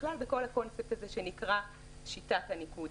ובכלל בכל הקונספט הזה שנקרא "שיטת הניקוד".